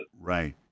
Right